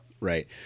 Right